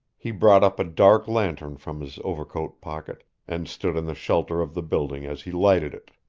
he brought up a dark lantern from his overcoat pocket, and stood in the shelter of the building as he lighted it.